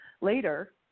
Later